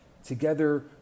together